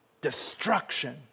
destruction